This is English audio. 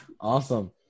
Awesome